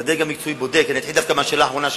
ואתחיל דווקא מהשאלה האחרונה שלך: